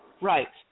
Right